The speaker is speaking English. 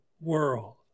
world